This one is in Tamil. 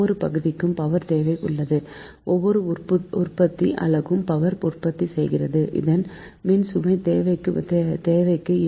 ஒவ்வொரு பகுதிக்கும் பவர் தேவை உள்ளது ஒவ்வொரு உற்பத்தி அலகும் பவர் உற்பத்தி செய்கிறது அதன் மின்சுமை தேவைக்கு